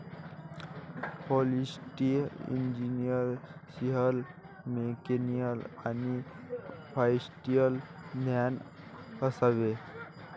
forestry इंजिनिअरला civil, mechanical आणि फॉरेस्ट्रीचे ज्ञान असावे